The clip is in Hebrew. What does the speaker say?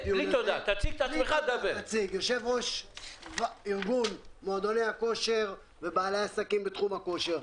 אני יו"ר ארגון מועדוני הכושר ובעלי העסקים בתחום הכושר.